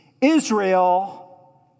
Israel